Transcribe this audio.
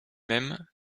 mêmes